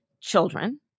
children